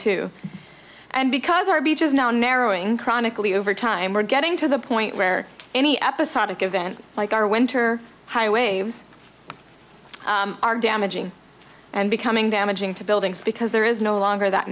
too and because our beach is now narrowing chronically over time we're getting to the point where any episodic event like our winter high waves are damaging and becoming damaging to buildings because there is no longer that